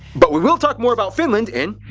but we will talk more about finland in